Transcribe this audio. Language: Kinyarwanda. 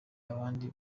abandi